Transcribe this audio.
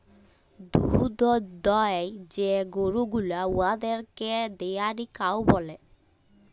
দুহুদ দেয় যে গরু গুলা উয়াদেরকে ডেয়ারি কাউ ব্যলে